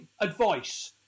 advice